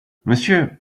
monsieur